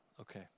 Okay